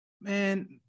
Man